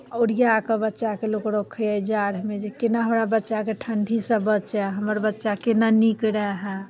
ओरिया कऽ बच्चाकेँ लोक रखैए जाड़मे जे केना हमरा बच्चाके ठण्ढीसँ बचए हमर बच्चा केना नीक रहए